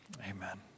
Amen